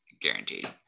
guaranteed